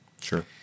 Sure